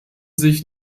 sich